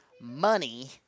money